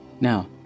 Now